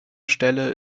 stelle